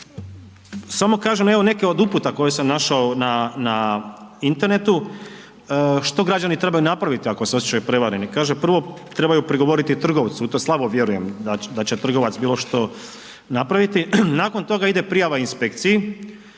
samo kažem, evo, neke od uputa koje sam našao na internetu. Što građani trebaju napraviti ako se osjećaju prevareni. Kaže, prvo trebaju prigovoriti trgovcu, u to slabo vjerujem da će trgovac bilo što napraviti. Nakon toga ide prijava inspekciji.